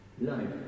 life